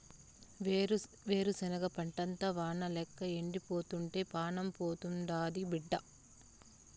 ఏరుశనగ పంటంతా వానల్లేక ఎండిపోతుంటే పానం పోతాండాది బిడ్డా